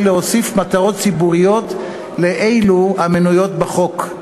להוסיף מטרות ציבוריות לאלו המנויות בחוק.